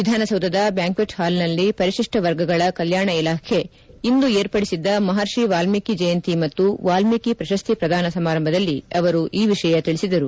ವಿಧಾನಸೌಧದ ಬ್ಯಾಂಕ್ವೆಟ್ ಹಾಲ್ನಲ್ಲಿ ಪರಿಶಿಷ್ಟ ವರ್ಗಗಳ ಕಲ್ಯಾಣ ಇಲಾಖೆ ಇಂದು ಏರ್ಪಡಿಸಿದ್ದ ಮಹರ್ಷಿ ವಾಲ್ಮೀಕಿ ಜಯಂತಿ ಮತ್ತು ಮಹರ್ಷಿ ವಾಲ್ಮೀಕಿ ಪ್ರಶಸ್ತಿ ಪ್ರದಾನ ಸಮಾರಂಭದಲ್ಲಿ ಅವರು ಈ ವಿಷಯ ತಿಳಿಸಿದರು